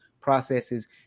processes